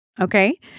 okay